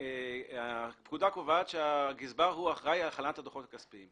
הפקודה קובעת שהגזבר אחראי על הכנת הדוחות הכספיים.